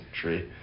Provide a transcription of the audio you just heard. tree